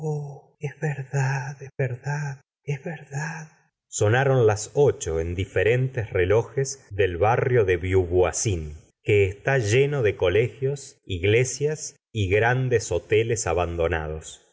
verdad es verdad es verdad sonaron las ocho en diferentes relojes del barrio de beauvoisine que está lleno de colegios iglesias y grandes hoteles abandonados